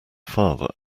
father